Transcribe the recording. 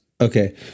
Okay